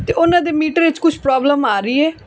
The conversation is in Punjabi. ਅਤੇ ਉਹਨਾਂ ਦੇ ਮੀਟਰ ਵਿੱਚ ਕੁਛ ਪ੍ਰੋਬਲਮ ਆ ਰਹੀ ਹੈ